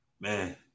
man